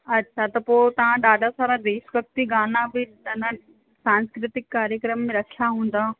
अच्छा त पोइ तव्हां ॾाढा सारा देश भक्ति गाना बि अञा सांस्कृतिक कार्यक्रम रखिया हूंदा